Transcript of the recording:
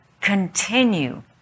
continue